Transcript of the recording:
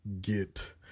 get